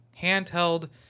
Handheld